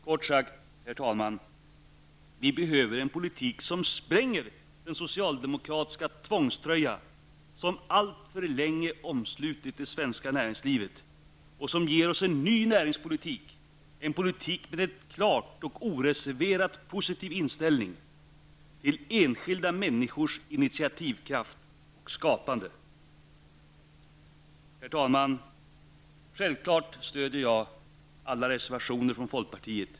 Kort sagt: Vi behöver en politik som spränger den socialdemokratiska tvångströja som alltför länge har omslutit det svenska näringslivet. Vi behöver en ny näringspolitik, en politik med en klar och oreserverat positiv inställning till enskilda människors initiativkraft och skapande. Herr talman! Självfallet stödjer jag alla reservationer från folkpartiet.